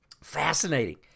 Fascinating